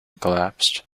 collapsed